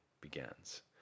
begins